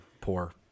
poor